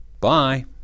Bye